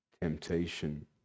temptation